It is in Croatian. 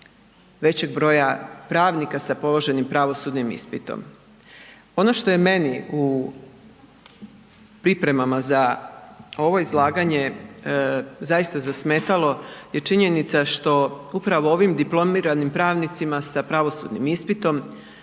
većeg broja pravnika sa položenim pravosudnim ispitom. Ono što je meni u pripremama za ovo izlaganje zaista zasmetalo je činjenica što upravo ovim diplomiranim pravnicima sa pravosudnim ispitom